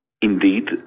indeed